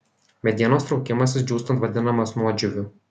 medienos traukimasis džiūstant vadinamas nuodžiūviu